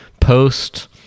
post